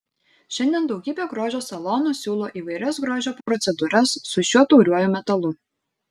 šiandien daugybė grožio salonų siūlo įvairias grožio procedūras su šiuo tauriuoju metalu